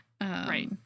Right